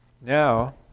now